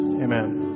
Amen